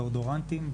דאודורנטים,